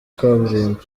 kaburimbo